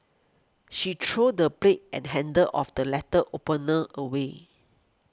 she threw the blade and handle of the letter opener away